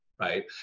right